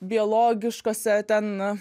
biologiškuose ten